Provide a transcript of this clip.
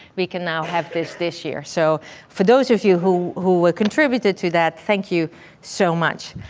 we can now have this, this year. so for those of you who who contributed to that, thank you so much.